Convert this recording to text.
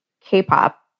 K-pop